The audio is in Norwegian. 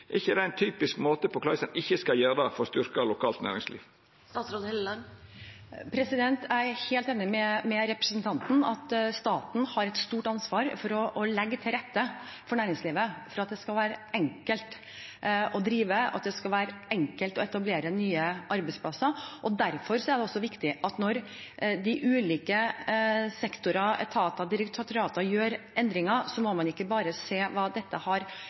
typisk døme på korleis ein ikkje skal gjera det om ein skal styrkja lokalt næringsliv? Jeg er helt enig med representanten i at staten har et stort ansvar for å legge til rette for næringslivet for at det skal være enkelt å drive og enkelt å etablere nye arbeidsplasser. Derfor er det viktig at når de ulike sektorer, etater og direktorater gjør endringer, må man ikke bare se hva dette har